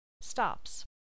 stops